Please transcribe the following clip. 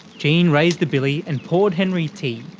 jean raised the billy, and poured henry tea.